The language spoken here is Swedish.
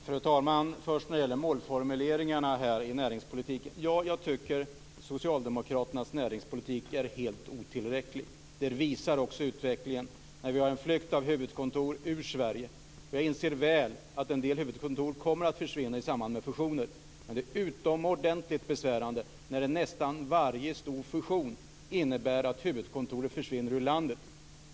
Fru talman! Först gäller det målformuleringarna i näringspolitiken. Ja, jag tycker att socialdemokraternas näringspolitik är helt otillräcklig. Det visar också utvecklingen. Vi har ju en flytt av huvudkontor från Sverige. Jag inser väl att en del huvudkontor kommer att försvinna i samband med fusioner men det är utomordentligt besvärande när nästan varje stor fusion innebär att huvudkontoret försvinner ur landet.